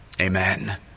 Amen